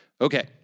Okay